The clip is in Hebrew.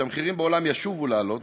כשהמחירים בעולם ישובו לעלות,